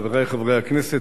חברי חברי הכנסת,